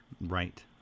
Right